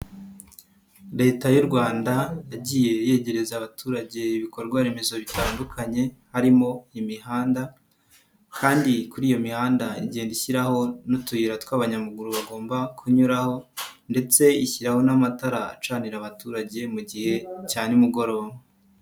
Leta y'u Rwanda yagiye yegereza abaturage ibikorwa remezo bitandukanye, harimo imihanda kandi kuri iyo mihanda igenda ishyiraho n'utuyira tw'abanyamaguru bagomba kunyuraho ndetse ishyiraho n'amatara acanira abaturage mu gihe cya nimugoroba.